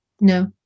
no